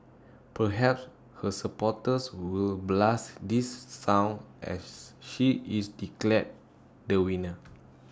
perhaps her supporters will blast this song as she is declared the winner